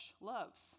loves